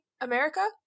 America